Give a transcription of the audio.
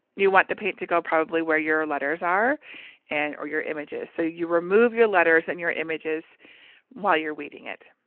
you want the paint to go probably where your letters are and, or your image is. so you remove your letters and your images while you're weeding it.